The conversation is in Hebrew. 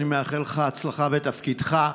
אני מאחל לך הצלחה בתפקידך.